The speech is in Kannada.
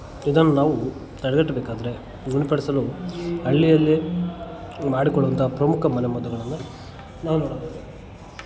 ಇದನ್ನು ನಾವು ತಡೆಗಟ್ಟಬೇಕಾದ್ರೆ ಗುಣಪಡಿಸಲು ಹಳ್ಳಿಯಲ್ಲಿ ಮಾಡುಕೊಡುವಂಥ ಪ್ರಮುಖ ಮನೆ ಮದ್ದುಗಳನ್ನು ನಾವು ನೋಡಬಹುದು